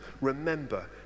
Remember